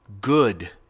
good